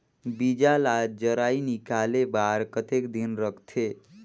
बीजा ला जराई निकाले बार कतेक दिन रखथे?